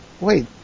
wait